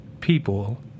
people